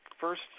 first